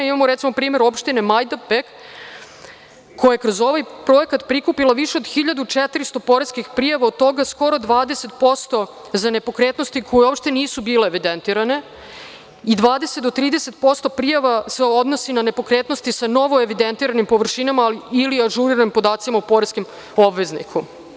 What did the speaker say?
Imamo recimo primer opštine Majdanpek koja je kroz ovaj projekat prikupila više od 1.400 poreskih prijava, od toga skoro 20% za nepokretnosti koje uopšte nisu bile evidentirane i 20 do 30% prijava se odnosi na nepokretnosti sa novoevidentiranim površinama ili ažuriranim podacima o poreskim obveznikom.